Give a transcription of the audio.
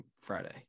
Friday